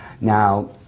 Now